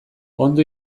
ondo